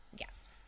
Yes